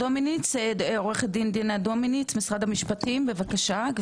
עורכת דין דינה דומיניץ ממשרד המשפטים, בבקשה.